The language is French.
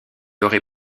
aurait